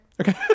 okay